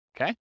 Okay